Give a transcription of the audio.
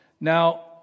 Now